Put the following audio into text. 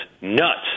nuts